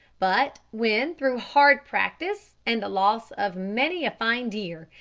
but when, through hard practice and the loss of many a fine deer,